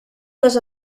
les